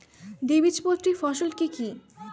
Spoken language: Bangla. দ্বিবীজপত্রী ফসল কি কি?